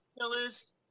Killers